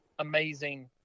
amazing